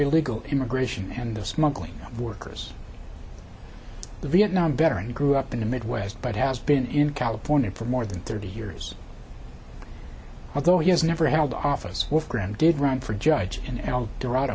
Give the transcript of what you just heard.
illegal immigration and the smuggling of workers to vietnam veteran who grew up in the midwest but has been in california for more than thirty years although he has never held office with graham did run for judge in el dorado